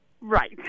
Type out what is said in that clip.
right